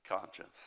conscience